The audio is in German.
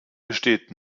besteht